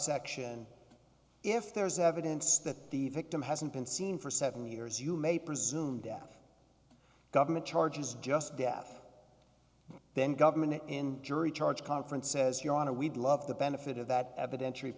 subsection if there is evidence that the victim hasn't been seen for seven years you may presume that the government charges just death then government in jury charge conference says your honor we'd love the benefit of that eviden